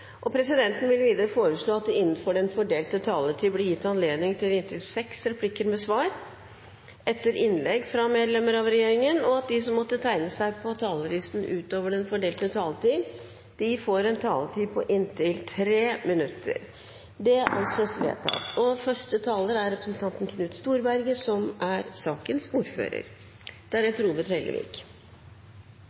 vil presidenten foreslå at det – innenfor den fordelte taletid – blir gitt anledning til inntil seks replikker med svar etter innlegg fra medlemmer av regjeringen, og at de som måtte tegne seg på talerlisten utover den fordelte taletid, får en taletid på inntil 3 minutter. – Det anses vedtatt. I dag behandler vi både reindriftsavtalen og reindriftsmeldingen. Det er to saker som